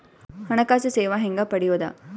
ಹಣಕಾಸು ಸೇವಾ ಹೆಂಗ ಪಡಿಯೊದ?